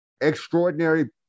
extraordinary